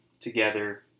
together